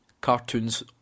cartoons